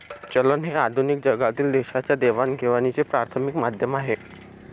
चलन हे आधुनिक जगातील देशांच्या देवाणघेवाणीचे प्राथमिक माध्यम आहे